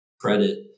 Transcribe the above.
credit